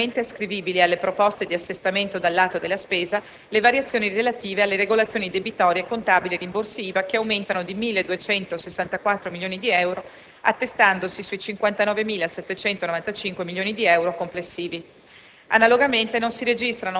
Anche per la cassa, poi, sono interamente ascrivibili alle proposte di assestamento dal lato della spesa le variazioni relative alle regolazioni debitorie, contabili e rimborsi IVA, che aumentano di 1.264 milioni di euro, attestandosi sui 59.795 milioni di euro complessivi.